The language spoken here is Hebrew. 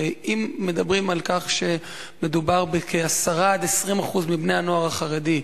הרי אם מדברים על כך שמדובר ב-10% 20% מבני-הנוער החרדי,